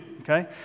okay